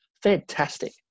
Fantastic